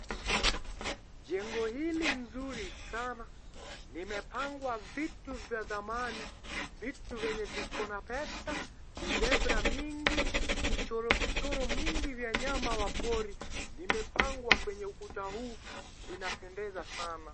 Jengo hili nzuri sana limepangwa vitu za dhamani, vitu vyenye viko na pesa, vizebra mingi, vichorochoro nyingi ya nyama ya pori limepangwa kwenye ukuta huu zinapendeza sana.